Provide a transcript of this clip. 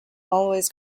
always